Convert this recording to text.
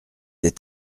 est